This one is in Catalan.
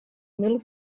mil